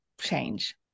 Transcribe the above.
change